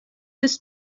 his